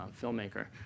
filmmaker